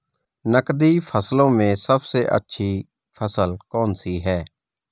नकदी फसलों में सबसे अच्छी फसल कौन सी है?